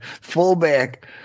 fullback